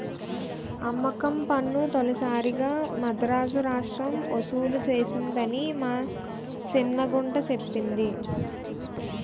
అమ్మకం పన్ను తొలిసారిగా మదరాసు రాష్ట్రం ఒసూలు సేసిందని మా సిన్న గుంట సెప్పింది